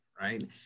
right